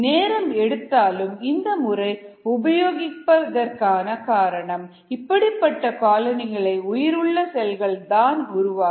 நேரம் எடுத்தாலும் இந்த முறை உபயோகிப்பதற்கான காரணம் இப்படிப்பட்ட காலனிகளை உயிருள்ள செல்கள்தான் உருவாக்கும்